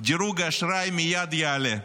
דירוג האשראי מייד יעלה.